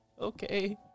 okay